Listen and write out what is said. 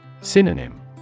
Synonym